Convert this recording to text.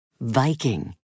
Viking